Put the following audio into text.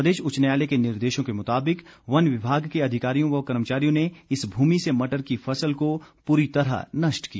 प्रदेश उच्च न्यायालय के निर्देशों के मुताबिक वन विभाग के अधिकारियों व कर्मचारियों ने इस भूमि से मटर की फसल को पूरी तरह नष्ट किया